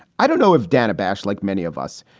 i don't know if dana bash, like many of us,